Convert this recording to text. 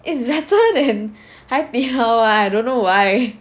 it's better than Hai Di Lao [one] I don't know why